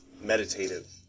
meditative